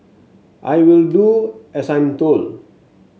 I will do as I'm told